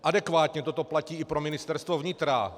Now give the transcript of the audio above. Adekvátně toto platí i pro Ministerstvo vnitra.